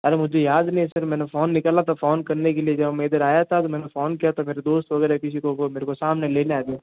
अरे मुझे याद नहीं है सर मैंने फोन निकाला था फोन करने के लिए जब मैं इधर आया था फोन किया था मेरे दोस्त वगैरह किसी को वो मेरे को सामने लेने आएं